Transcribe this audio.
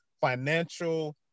financial